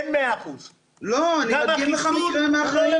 אין 100%. לא, אני מדגים לך מקרה מהחיים.